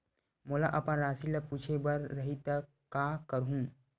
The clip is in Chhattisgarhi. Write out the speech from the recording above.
मोला अपन राशि ल पूछे बर रही त का करहूं?